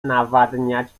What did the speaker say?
nawadniać